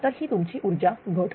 तर ही तुमची ऊर्जा घट